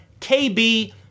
KB